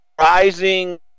rising